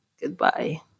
Goodbye